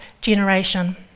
generation